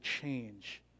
change